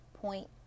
Point